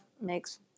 makes